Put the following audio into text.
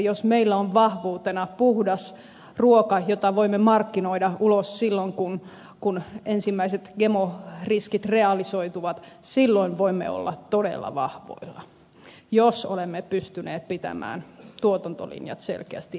jos meillä on vahvuutena puhdas ruoka jota voimme markkinoida ulos kun ensimmäiset gmo riskit realisoituvat niin silloin voimme olla todella vahvoilla jos olemme pystyneet pitämään tuotantolinjat selkeästi erillään